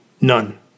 none